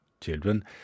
children